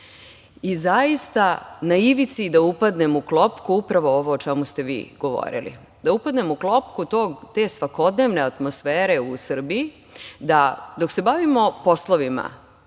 zakona. Zaista na ivici da upadnem u klopku, upravo ovo o čemu ste vi govorili, da upadnem u klopku te svakodnevne atmosfere u Srbiji, da dok se bavimo poslovima